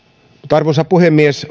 arvoisa puhemies